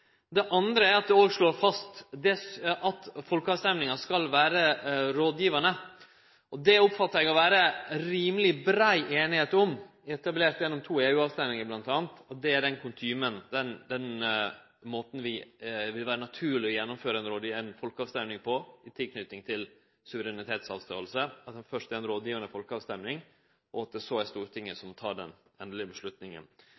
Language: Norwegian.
det andre vert det slått fast at folkeavstemminga skal vere rådgivande. Det oppfattar eg at det er rimeleg brei einigheit om, etablert gjennom to EU-avstemmingar, bl.a., og det er den kutymen, den måten det vil vere naturleg å gjennomføre ei folkeavstemming på i tilknyting til suverenitetsavståing, altså først ei rådgivande folkeavstemming, og så er det Stortinget